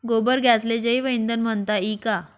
गोबर गॅसले जैवईंधन म्हनता ई का?